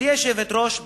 גברתי היושבת-ראש,